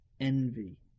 Envy